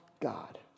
God